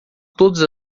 todas